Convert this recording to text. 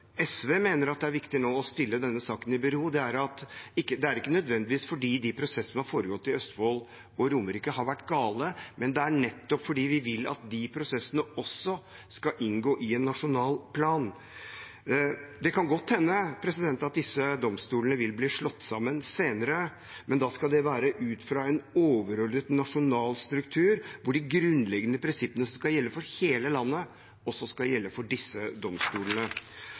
som har foregått i Østfold og Romerike har vært gale, men nettopp at vi vil at de prosessene også skal inngå i en nasjonal plan. Det kan godt hende disse domstolene vil bli slått sammen senere, men da skal det være ut fra en overordnet nasjonal struktur, hvor de grunnleggende prinsippene som skal gjelde for hele landet, også skal gjelde for disse domstolene.